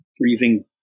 breathing